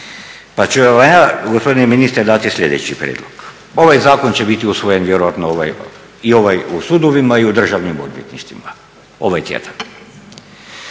Pa ću vam ja gospodine ministre dati sljedeći prijedlog. Ovaj zakon će biti usvojen vjerojatno i ovaj u sudovima i u državnim odvjetništvima, ovaj tjedan.